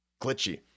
glitchy